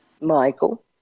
Michael